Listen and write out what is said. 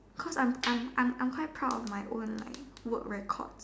cause I'm I'm I'm quite proud my own like work record